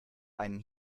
einen